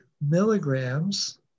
milligrams